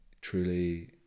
truly